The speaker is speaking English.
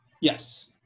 Yes